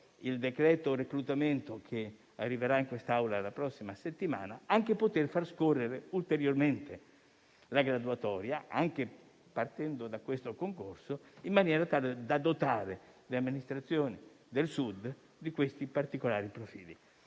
il decreto reclutamento che arriverà in quest'Aula la prossima settimana, anche far scorrere ulteriormente la graduatoria, partendo da questo concorso, al fine di dotare le amministrazioni del Sud di questi particolari profili.